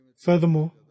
Furthermore